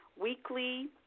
weekly